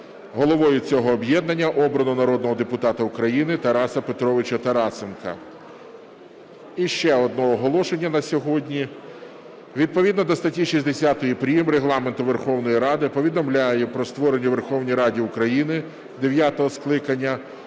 Головою цього об'єднання обрано народного депутата України Тараса Петровича Тарасенка. І ще одне оголошення на сьогодні. Відповідно до статті 60 прим. Регламенту Верховної Ради повідомляю про створення в Верховній Раді України дев'ятого скликання